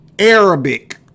arabic